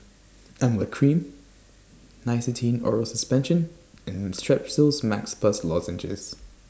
Emla Cream Nystatin Oral Suspension and Strepsils Max Plus Lozenges